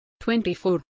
24